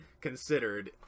considered